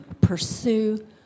pursue